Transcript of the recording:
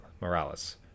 morales